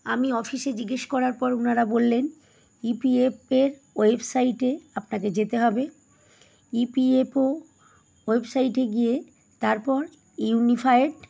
আমি অফিসে জিজ্ঞেস করার পর ওনারা বললেন ই পি এফের ওয়েবসাইটে আপনাকে যেতে হবে ইপিএফও ওয়েবসাইটে গিয়ে তারপর ইউনিফায়েড